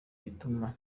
bituma